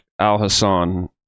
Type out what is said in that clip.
Al-Hassan